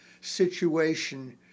situation